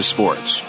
Sports